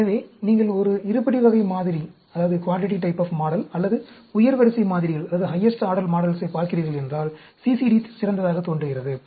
எனவே நீங்கள் ஒரு இருபடி வகை மாதிரி அல்லது உயர் வரிசை மாதிரிகளைப் பார்க்கிறீர்கள் என்றால் CCD சிறந்ததாகத் தோன்றுகிறது